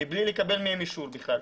מבלי לקבל מהם אישור בכלל.